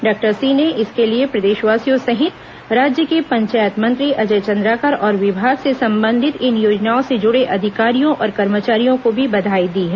doctor Singh ने इसके लिए प्रदेशवासियों सहित राज्य के पंचायत मंत्री अजय चंद्राकर और विभाग से संबंधित इन योजनाओं से जुड़े अधिकारियों और कर्मचारियों को बधाई दी है